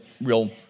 real